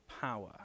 power